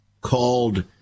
called